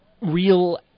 real